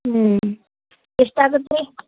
ಹ್ಞೂ ಎಷ್ಟಾಗತ್ತೆ ರೀ